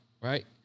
Right